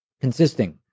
consisting